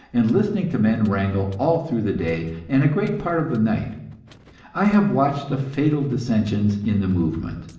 and listening to men wrangle all through the day and a great part of the night i have watched the fatal dissensions in the movement,